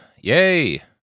Yay